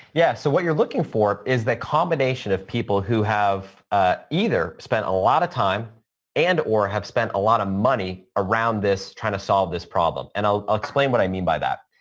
yeah. so, what you're looking for is that combination of people who have either spent a lot of time and or have spent a lot of money around this trying to solve this problem. and i'll explain what i mean by that.